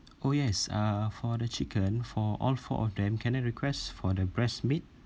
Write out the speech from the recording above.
oh yes uh for the chicken for all four of them can I request for the breast meat